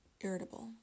irritable